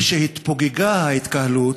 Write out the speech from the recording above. משהתפוגגה ההתקהלות,